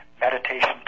meditation